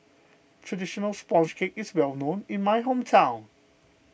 Traditional Sponge Cake is well known in my hometown